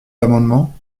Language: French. l’amendement